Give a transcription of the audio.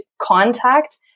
contact